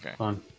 okay